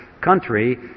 country